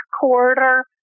corridor